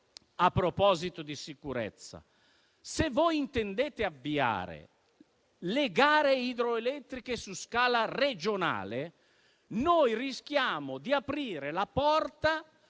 a proposito di sicurezza. Se voi intendete avviare le gare idroelettriche su scala regionale, noi rischiamo di aprire la porta